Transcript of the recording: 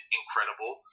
incredible